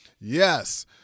Yes